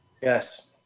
Yes